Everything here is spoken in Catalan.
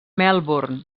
melbourne